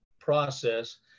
process